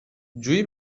جویی